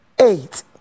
eight